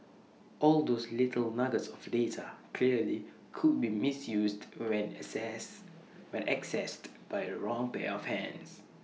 all those little nuggets of data clearly could be misused when assess when accessed by the wrong pair of hands